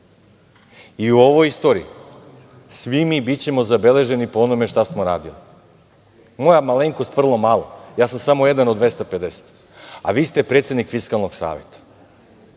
I u ovoj istoriji svi mi bićemo zabeleženi po onome šta smo radili, moja malenkost vrlo malo, ja sam samo jedan od 250, a vi ste predsednik Fiskalnog saveta.